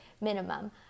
minimum